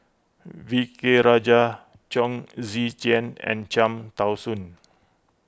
V K Rajah Chong Tze Chien and Cham Tao Soon